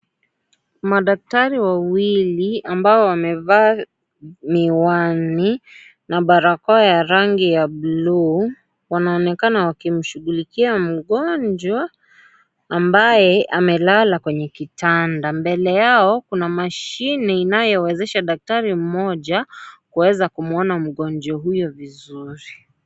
Madaktari wawili, ambao wamevaa miwani, na barakoa ya rangi ya bluu wanaonekana wakimshughulikia mgonjwa, ambaye amelala kwenye kitanda. Mbele yao kuna mashine inayowezesha daktari mmoja, kuweza kumuona mgonjwa huyo vizuri.